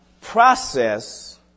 process